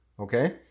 Okay